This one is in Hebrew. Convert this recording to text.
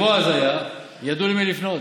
כשבועז היה, ידעו למי לפנות.